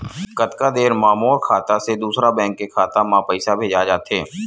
कतका देर मा मोर खाता से दूसरा बैंक के खाता मा पईसा भेजा जाथे?